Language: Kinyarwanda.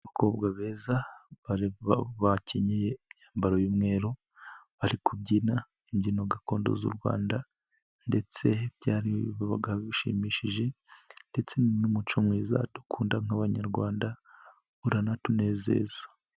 Abakobwa beza bakenyeye imyambaro y'umweru bari kubyina imbyino gakondo z'u Rwanda ndetse byari bishimishije ndetse n'umuco mwiza dukunda nk'abanyarwanda uranatunezeza.